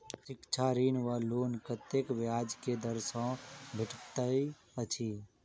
शिक्षा ऋण वा लोन कतेक ब्याज केँ दर सँ भेटैत अछि?